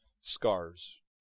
scars